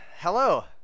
Hello